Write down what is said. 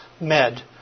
med